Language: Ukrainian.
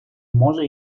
може